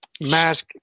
Mask